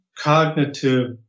cognitive